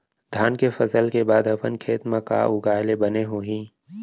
धान के फसल के बाद अपन खेत मा का उगाए ले बने होही?